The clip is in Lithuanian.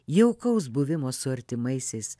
jaukaus buvimo su artimaisiais